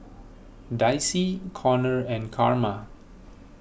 Dicy Konnor and Carma